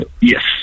Yes